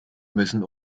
müssen